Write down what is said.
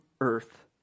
earth